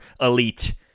elite